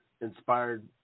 inspired